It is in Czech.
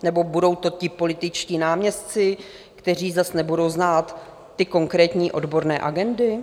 Nebo budou to ti političtí náměstci, kteří zas nebudou znát ty konkrétní odborné agendy?